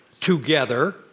together